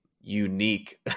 unique